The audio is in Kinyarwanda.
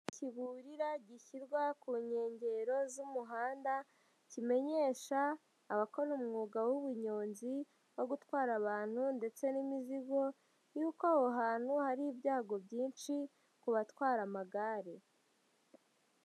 Kiburira gishyirwa ku nkengero z'umuhanda, kimenyesha abakora umwuga w'ubuyonzi wo gutwara abantu ndetse n'imizigo, yuko aho hantu hari ibyago byinshi ku batwara amagare.